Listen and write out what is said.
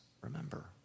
remember